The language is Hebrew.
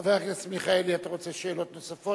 חבר הכנסת מיכאלי, אתה רוצה שאלות נוספות?